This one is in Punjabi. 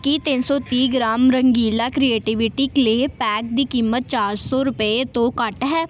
ਕੀ ਤਿੰਨ ਸੌ ਤੀਹ gram Rangeela creativity clay pack ਦੀ ਕੀਮਤ ਚਾਰ ਸੌ ਰੁਪਏ ਤੋਂ ਘੱਟ ਹੈ